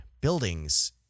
buildings